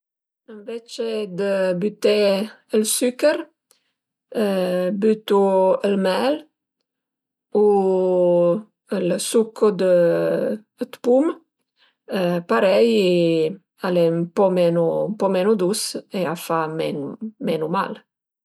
Ënvecce dë büté ël suchèr bütu ël mel u ël succo 'd pum parei al e ën po menu ën po menu dus e a fa menu mal